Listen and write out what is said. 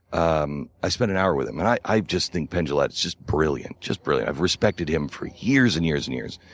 um i spent an hour with him. and i just think penn jillette is just brilliant, just brilliant. i've respected him for years and years and years.